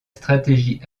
stratégie